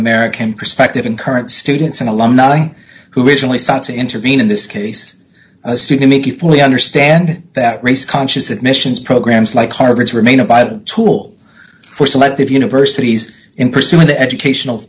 american perspective in current students and alumni who originally sought to intervene in this case assuming you fully understand that race conscious admissions programs like harvard's remain a vital tool for selective universities in pursuing the educational